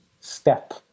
step